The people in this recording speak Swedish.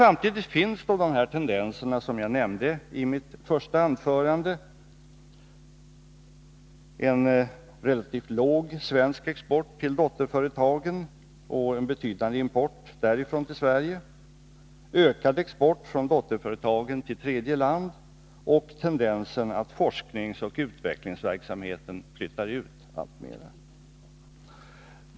Samtidigt finns de tendenser som jag nämnde i mitt första anförande, nämligen en relativt låg svensk export till dotterföretagen och en betydande import därifrån till Sverige, ökad export från dotterföretagen till tredje land och tendensen att forskningsoch utvecklingsverksamheten flyttar ut alltmer.